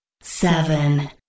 Seven